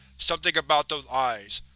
something about those eyes,